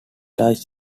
lies